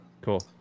cool